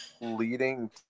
leading